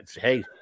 Hey